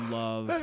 love